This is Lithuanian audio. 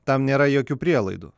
tam nėra jokių prielaidų